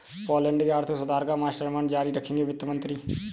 Poland के आर्थिक सुधार का मास्टरमाइंड जारी रखेंगे वित्त मंत्री